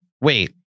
wait